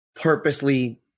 purposely